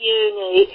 uni